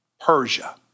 Persia